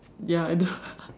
ya I know